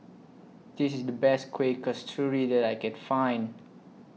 This IS The Best Kuih Kasturi that I Can Find